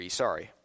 sorry